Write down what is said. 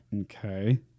Okay